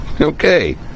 Okay